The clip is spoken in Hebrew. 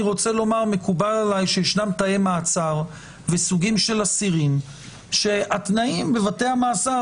מקובל עליי שיש תאי מעצר וסוגים של אסירים שהתנאים בבתי המאסר